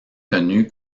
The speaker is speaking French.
connu